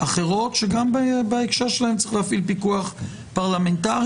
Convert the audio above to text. אחרות שגם בהקשר שלהם צריך להפעיל פיקוח פרלמנטרי.